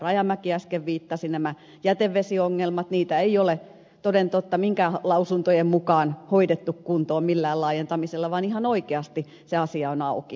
rajamäki äsken viittasi nämä jätevesiongelmat niitä ei ole toden totta minkään lausuntojen mukaan hoidettu kuntoon millään laajentamisella vaan ihan oikeasti se asia on auki